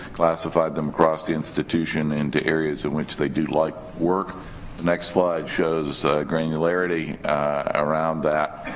classified them across the institution into areas in which they do like work. the next slide shows granularity around that,